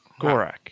Gorak